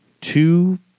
two